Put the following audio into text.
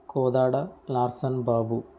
Kodad Larson Babu